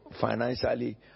financially